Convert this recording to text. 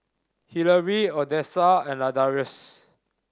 Hilary Odessa and Ladarius